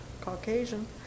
Caucasian